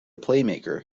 playmaker